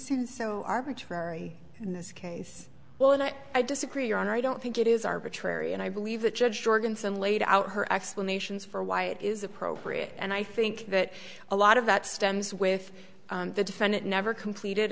seem so arbitrary in this case well and i disagree on i don't think it is arbitrary and i believe that judge jorgensen laid out her explanations for why it is appropriate and i think that a lot of that stems with the defendant never completed